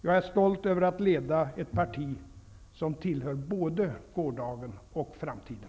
Jag är stolt över att leda ett parti som tillhör både gårdagen och framtiden.